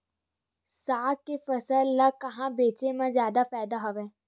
साग के फसल ल कहां बेचे म जादा फ़ायदा हवय?